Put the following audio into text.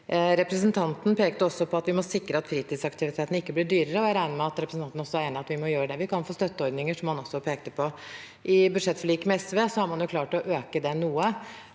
Representanten pekte også på at vi må sikre at fritidsaktivitetene ikke blir dyrere, og jeg regner med at representanten også er enig i at vi må gjøre det vi kan for støtteordninger, som han også pekte på. I budsjettforliket med SV har man klart å øke det noe.